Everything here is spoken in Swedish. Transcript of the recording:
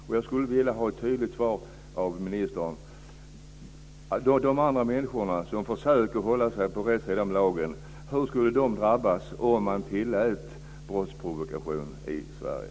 Hur skulle de människor som försöker hålla sig på rätt sida om lagen drabbas om man tillät brottsprovokation i Sverige?